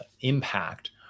impact